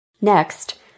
Next